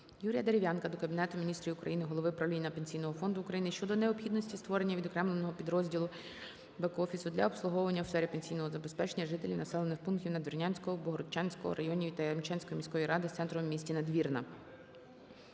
Юрія Дерев'янка до Кабінету Міністрів України, голови правління Пенсійного фонду України щодо необхідності створення відокремленого підрозділу (бек-офісу) для обслуговування у сфері пенсійного забезпечення жителів населених пунктівНадвірнянського, Богородчанського районів та Яремчанської міської ради з центром у місті Надвірна.